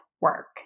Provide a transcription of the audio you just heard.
work